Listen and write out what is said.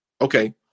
Okay